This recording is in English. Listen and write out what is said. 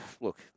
Look